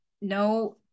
no